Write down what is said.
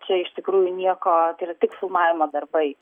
čia iš tikrųjų nieko tai yra tik filmavimo darbai